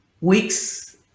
weeks